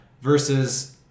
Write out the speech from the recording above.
versus